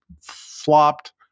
flopped